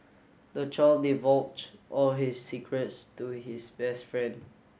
the child divulged all his secrets to his best friend